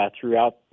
throughout